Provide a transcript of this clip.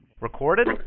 Recorded